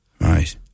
Right